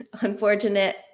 unfortunate